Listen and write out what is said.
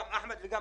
אחמד ואחרים,